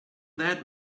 that